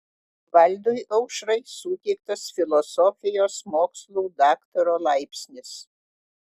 valdui aušrai suteiktas filosofijos mokslų daktaro laipsnis